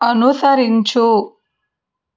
అనుసరించు